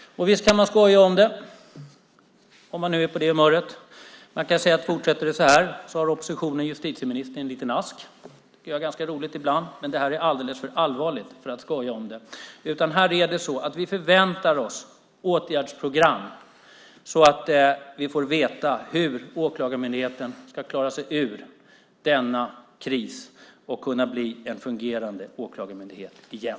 Visst kan man skoja om det, om man är på det humöret. Man kan säga: Fortsätter det så här har oppositionen justitieministern i en liten ask. Det tycker jag ibland är ganska roligt. Men det här är alldeles för allvarligt för att skoja om. Här förväntar vi oss åtgärdsprogram så att vi får veta hur Åklagarmyndigheten ska klara sig ur denna kris och kunna bli en fungerande åklagarmyndighet igen.